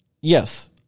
Yes